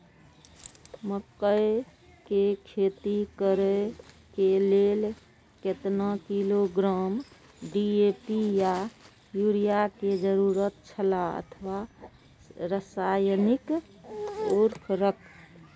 मकैय के खेती करे के लेल केतना किलोग्राम डी.ए.पी या युरिया के जरूरत छला अथवा रसायनिक उर्वरक?